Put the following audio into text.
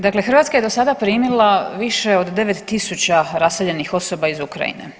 Dakle Hrvatska je do sada primila više od 9000 raseljenih osoba iz Ukrajine.